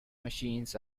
machines